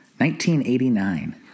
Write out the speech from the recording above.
1989